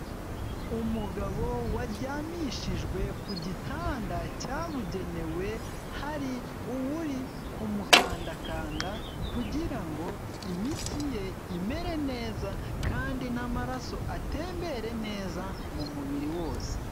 Umugabo waryamishijwe, ku gitanda cyabugenewe, hari uwuri kumukandakanda, kugira ngo imitsi ye imere neza, kandi n'amaraso atembere neza, mu mubiri wose.